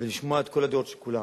ולשמוע את הדעות של כולם.